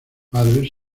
padres